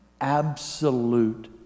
absolute